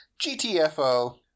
GTFO